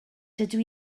dydw